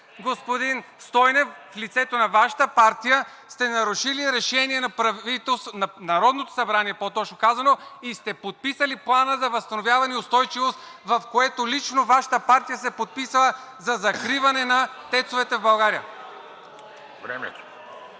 господин Стойнев, в лицето на Вашата партия сте нарушили решение на Народното събрание и сте подписали Плана за възстановяване и устойчивост, в което лично Вашата партия се подписа за закриване на ТЕЦ-овете в България!